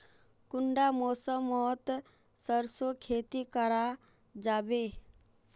कुंडा मौसम मोत सरसों खेती करा जाबे?